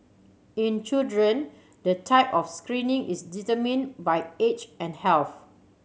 in children the type of screening is determined by age and health